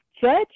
judge